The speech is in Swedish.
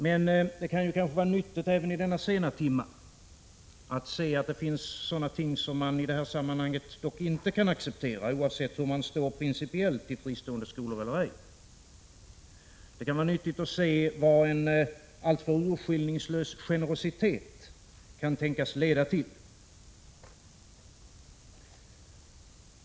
Men det kan kanske vara nyttigt även i denna sena timme att se att det finns sådana ting som man i det här sammanhanget inte kan acceptera, oavsett hur man principiellt ställer sig till fristående skolor. Det kan vara nyttigt att se vad en alltför urskiljningslös generositet kan tänkas leda till.